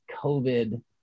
COVID